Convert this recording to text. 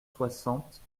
soixante